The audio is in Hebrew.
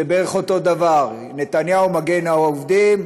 זה בערך אותו דבר: נתניהו מגן העובדים,